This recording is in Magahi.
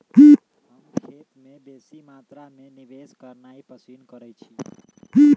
हम खेत में बेशी मत्रा में निवेश करनाइ पसिन करइछी